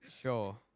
Sure